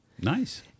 Nice